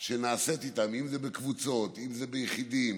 שנעשית איתם, אם זה בקבוצות ואם זה כיחידים,